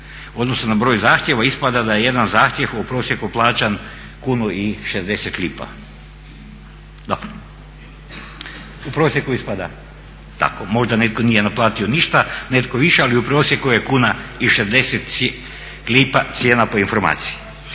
odnosu na broj zahtjeva ispada da je jedan zahtjev u prosjeku plaćan kunu i 60 lipa. Dobro, u prosjeku ispada tako. Možda netko nije naplatio ništa, netko više. Ali u prosjeku je kuna i 60 lipa cijena po informaciji.